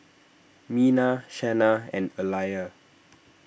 Mina Shanna and Alijah